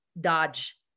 dodge